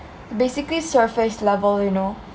basically surface level you know